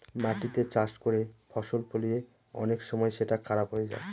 মাটিতে চাষ করে ফসল ফলিয়ে অনেক সময় সেটা খারাপ হয়ে যায়